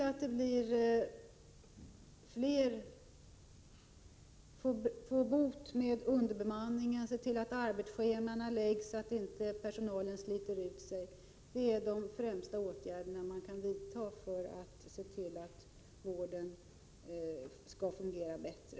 Att se till att få bukt med underbemanningen, att se till att arbetsscheman läggs så att personalen inte sliter ut sig, det är de främsta åtgärder man kan vidta för att vården skall fungera bättre.